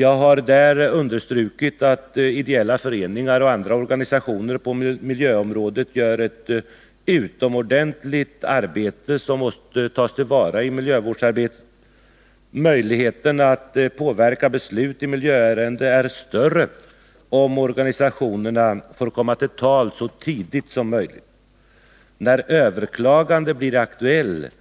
Jag har där understrukit att ideella föreningar och andra organisationer på miljöområdet gör ett utomordentligt arbete som måste tas till vara i miljövårdsarbetet. Möjligheterna att påverka beslut i miljöärende är större om organisationerna får komma till tals så tidigt som möjligt. När överklagande blir aktuellt